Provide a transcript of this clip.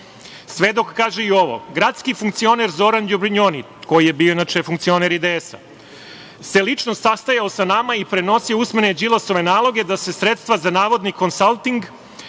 osam. Svedok kaže i ovo – gradski funkcioner Zoran Jubrinoni, koji je bio inače funkcioner i DS, se lično sastajao sa nama i prenosio usmene Đilasove naloge da se sredstva za navodni konstalting